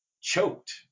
choked